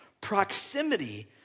proximity